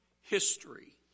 history